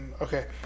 Okay